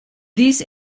these